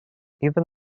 even